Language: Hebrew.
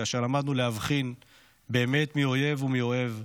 כאשר למדנו להבחין באמת מי אויב ומי אוהב.